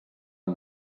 amb